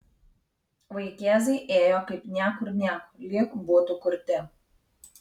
vaikėzai ėjo kaip niekur nieko lyg būtų kurti